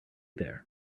there